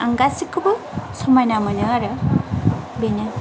आं गासिखौबो समायना मोनो आरो बेनो